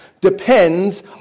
depends